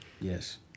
Yes